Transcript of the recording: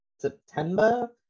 september